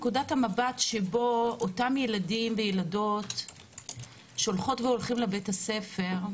נקודת המבט שבו אותם ילדים וילדות שהולכות והולכים לבית-הספר,